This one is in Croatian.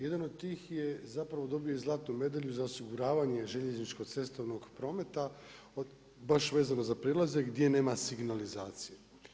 Jedan od tih je zapravo dobio i zlatnu medalju za osiguravanje željezničko-cestovnog prometa baš vezano za prelazak gdje nema signalizacije.